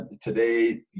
today